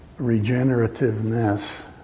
regenerativeness